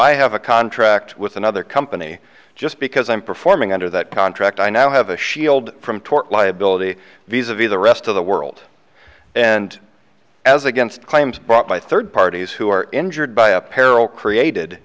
i have a contract with another company just because i'm performing under that contract i now have a shield from tort liability viz a viz the rest of the world and as against claims brought by third parties who are injured by a peril created